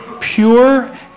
pure